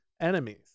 enemies